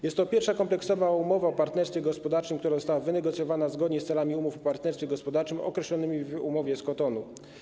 Jest to pierwsza kompleksowa umowa o partnerstwie gospodarczym, która została wynegocjowana zgodnie z celami umów o partnerstwie gospodarczym określonymi w umowie z Kotonu.